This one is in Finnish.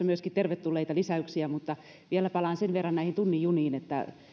myöskin tervetulleita lisäyksiä mutta vielä palaan sen verran näihin tunnin juniin että